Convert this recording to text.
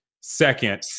Second